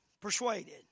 persuaded